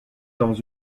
dans